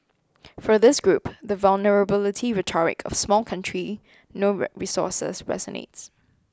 for this group the vulnerability rhetoric of small country no resources resonates